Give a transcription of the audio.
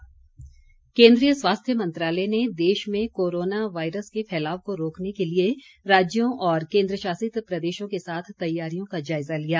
corona virus केन्द्रीय स्वास्थ्य मंत्रालय ने देश में कोरोना वायरस के फैलाव को रोकने के लिए राज्यों और केन्द्रशासित प्रदेशों के साथ तैयारियों का जायजा लिया